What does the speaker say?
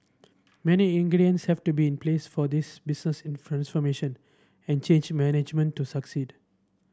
many ingredients have to be in place for this business and change management to succeed